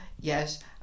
yes